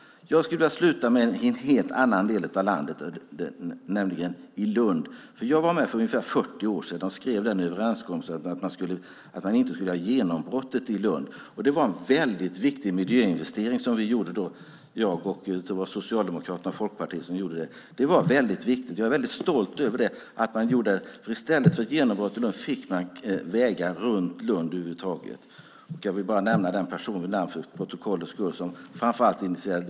Jag skulle vilja sluta med en helt annan del av landet, nämligen Lund. Jag var med för ungefär 40 år sedan och skrev överenskommelsen att man inte skulle ha genombrottet i Lund. Det var en väldigt viktig miljöinvestering som vi gjorde då, jag, Socialdemokraterna och Folkpartiet. Det var väldigt viktigt. Jag är väldigt stolt över att man i stället för ett genombrott i Lund fick vägar runt Lund över huvud taget. Jag vill nämna den person vid namn för protokollets skull som framför allt initierade det.